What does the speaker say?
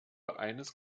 eines